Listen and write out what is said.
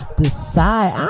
decide